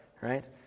right